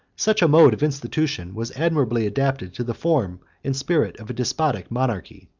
such a mode of institution was admirably adapted to the form and spirit of a despotic monarchy.